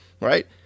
right